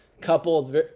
coupled